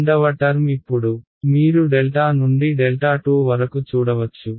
రెండవ టర్మ్ ఇప్పుడు మీరు డెల్టా నుండి ∆2 వరకు చూడవచ్చు